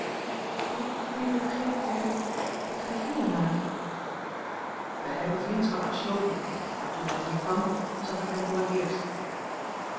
ik meende begrepen te hebben dat gij vrienden waart wij hebben vriendschap gesloten maar toen hij hier kwam zag ik hem voor het eerst